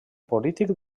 polític